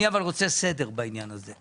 אני רוצה סדר בעניין הזה.